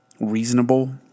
reasonable